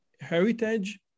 heritage